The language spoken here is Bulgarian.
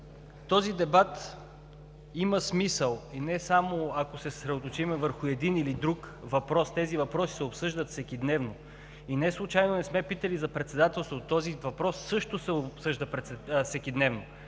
Този дебат има смисъл и не само, ако се съсредоточим върху един или друг въпрос. Тези въпроси се обсъждат всекидневно. И не случайно не сме питали за председателството. Този въпрос също се обсъжда всекидневно.